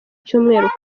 cyumweru